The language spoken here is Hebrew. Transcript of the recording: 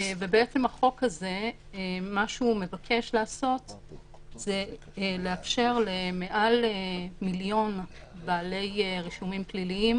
החוק הזה מבקש לאפשר למעל מיליון בעלי רישומים פליליים